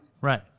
Right